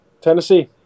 tennessee